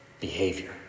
behavior